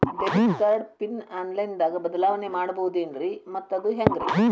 Debit card PIN online ದಾಗ ಬದಲಾವಣೆ ಮಾಡಬಹುದೇನ್ರಿ ಮತ್ತು ಅದು ಹೆಂಗ್ರಿ?